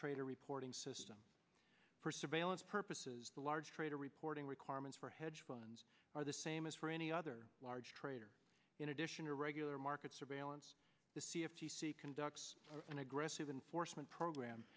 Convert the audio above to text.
trader reporting system for surveillance purposes the large trader reporting requirements for hedge funds are the same as for any other large trader in addition to regular market surveillance to see if he conducts an aggressive enforcement program